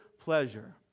pleasure